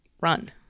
run